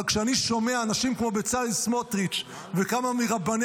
אבל כשאני שומע אנשים כמו בצלאל סמוטריץ' וכמה מרבני